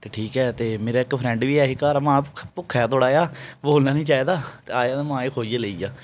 ते ठीक ऐ ते मेरा इक फ्रैंड बी ऐ हा घर माए भुक्खा भुक्खा थोह्ड़ा जेहा बोलना नेईं चाहिदा ते आया ते माए खोइयै लेई गेआ